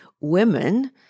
women